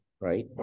right